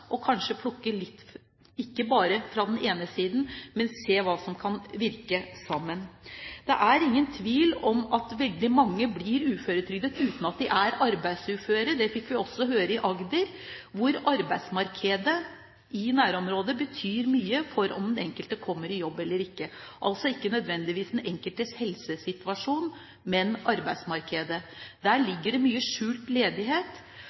ikke bare plukke fra den ene siden, men se hva som kan virke sammen. Det er ingen tvil om at veldig mange blir uføretrygdet uten at de er arbeidsuføre. Det fikk vi også høre i Agder, hvor arbeidsmarkedet i nærområdet betyr mye for om den enkelte kommer i jobb eller ikke. Det avgjørende er altså ikke nødvendigvis den enkeltes helsesituasjon, men arbeidsmarkedet. Der ligger det mye skjult ledighet.